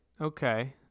Okay